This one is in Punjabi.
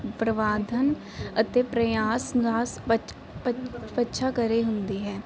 ਪਰਵਾਧਨ ਅਤੇ ਪ੍ਰਿਆਸ ਨਾਸ ਹੁੰਦੀ ਹੈ